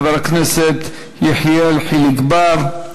חבר הכנסת יחיאל חיליק בר,